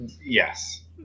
Yes